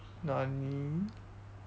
nani